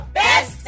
best